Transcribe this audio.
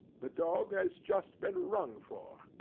the dog has just been rung for.